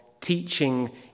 teaching